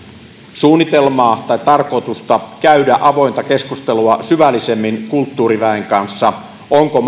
suunnitelmaa tai tarkoitusta käydä avointa keskustelua syvällisemmin kulttuuriväen kanssa siitä onko